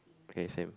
okay same